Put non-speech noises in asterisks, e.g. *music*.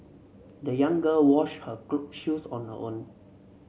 the young girl washed her *unintelligible* shoes on her own